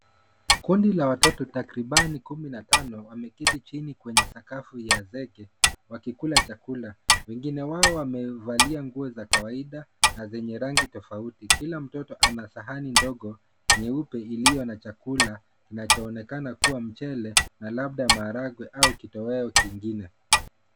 Kundi la watoto takriban kumi na tano wameketi chini kwenye sakafu ya zege wakikula chakula. Wengina wao wamevalia nguo za kawaida na zenye rangi tofauti. Kila mtoto ana sahani ndogo nyeupe iliyo na chakula kinachoonekana kuwa mchele na labda maharagwe au kitoweo kingine.